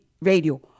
Radio